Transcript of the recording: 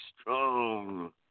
strong